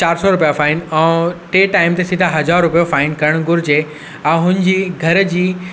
चारि सौ रुपिया फाइन ऐं टे टाइम ते सीधा हज़ार रुपियो फाइन करणु घुरिजे ऐं हुनजी घर जी